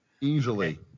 Easily